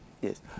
Yes